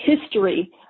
History